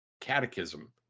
catechism